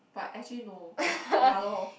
but actually no ya lor